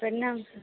प्रणाम सर